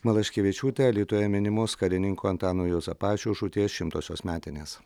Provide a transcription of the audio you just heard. malaškevičiūtė alytuje minimos karininko antano juozapavičiaus žūties šimtosios metinės